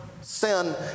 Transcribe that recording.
sin